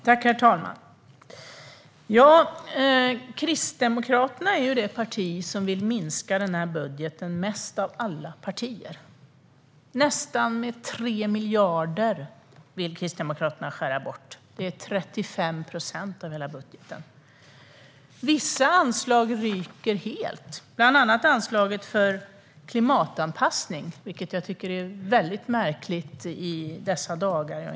Herr talman! Kristdemokraterna är ju det parti som vill minska den här budgeten mest av alla partier. Man vill skära bort nästan 3 miljarder, vilket är 35 procent av hela budgeten. Vissa anslag ryker helt, bland annat anslaget för klimatanpassning, vilket jag tycker är väldigt märkligt i dessa dagar.